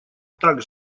так